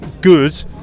good